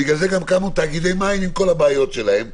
ובגלל זה גם קמו תאגידי מים עם כל הבעיות שלהם,